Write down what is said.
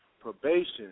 probation